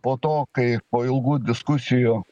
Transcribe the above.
po to kai po ilgų diskusijų